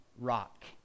Rock